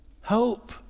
hope